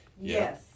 Yes